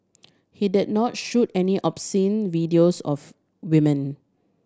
he did not shoot any obscene videos of women